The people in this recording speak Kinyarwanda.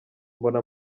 mbona